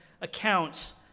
accounts